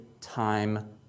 time